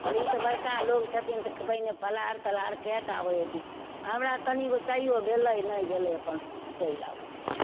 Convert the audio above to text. कहलियै ई तऽ बड़का लोग छथिन तऽ पहिने फलाहार तलहार कए कऽ आबय हेथिन हमरा तनिगो चाहियो भेलय नहि भेलय अपन चलि आबय छी